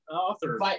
author